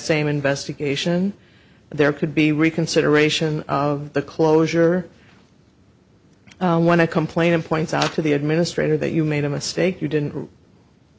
same investigation there could be reconsideration of the closure when i complain and points out to the administrator that you made a mistake you didn't